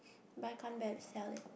but I can't bear to sell it